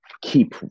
keep